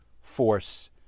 force